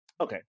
okay